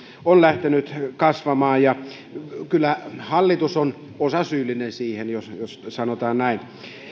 on lähtenyt kasvamaan kyllä hallitus on osasyyllinen siihen jos jos sanotaan näin